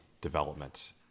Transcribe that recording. development